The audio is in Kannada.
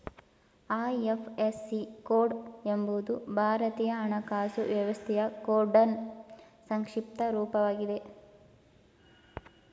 ಐ.ಎಫ್.ಎಸ್.ಸಿ ಕೋಡ್ ಎಂಬುದು ಭಾರತೀಯ ಹಣಕಾಸು ವ್ಯವಸ್ಥೆಯ ಕೋಡ್ನ್ ಸಂಕ್ಷಿಪ್ತ ರೂಪವಾಗಿದೆ